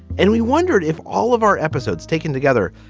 and we wondered if all of our episodes taken together,